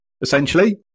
essentially